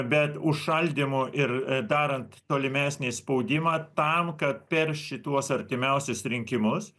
bet užšaldymu ir darant tolimesnį spaudimą tam kad per šituos artimiausius rinkimus